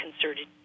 concerted